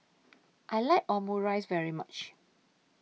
I like Omurice very much